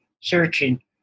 searching